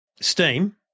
Steam